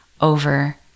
over